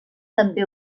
també